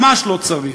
ממש לא צריך.